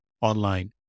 online